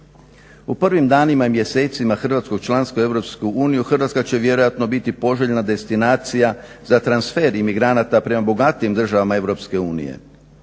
U prvim danima i mjesecima hrvatskog članstva u EU Hrvatska će vjerojatno biti poželjna destinacija za transfer imigranata prema bogatijim državama EU.